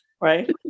Right